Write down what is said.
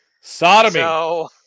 Sodomy